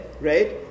right